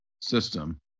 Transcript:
system